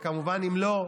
כמובן, אם לא,